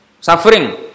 suffering